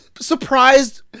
surprised